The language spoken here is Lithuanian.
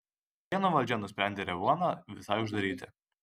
prienų valdžia nusprendė revuoną visai uždaryti